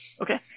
Okay